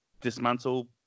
dismantle